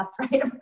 Right